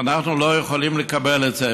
ואנחנו לא יכולים לקבל את זה.